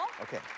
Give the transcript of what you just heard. Okay